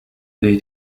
dei